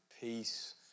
peace